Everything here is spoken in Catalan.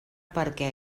perquè